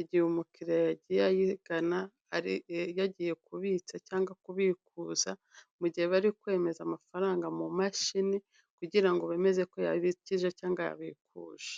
igihe umukiriya yagiye ayigana yagiye kubitsa cyangwa kubikuza mu gihe bari kwemeza amafaranga mu mashini kugira ngo ngo bemeze ko yabikije cyangwa yabikuje.